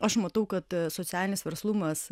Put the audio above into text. aš matau kad socialinis verslumas